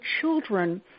children